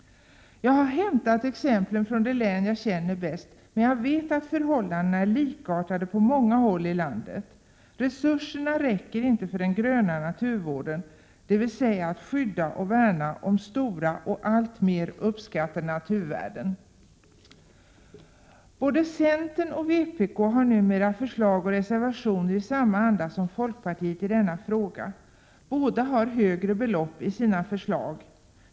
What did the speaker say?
Jag har hämtat exemplen från det län jag känner bäst, men jag vet att förhållandena är likartade på många håll i landet: resurserna räcker inte för den gröna naturvården, dvs. att skydda och värna om stora och alltmer uppskattade naturvärden. Både centern och vpk har numera förslag och reservationer i samma anda som folkpartiet i denna fråga. Båda har högre belopp i sina förslag.